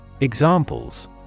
Examples